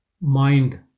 mind